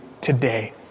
today